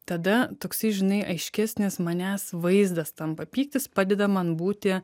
tada toksai žinai aiškesnis manęs vaizdas tampa pyktis padeda man būti